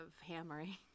hammering